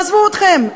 תעזבו אתכם,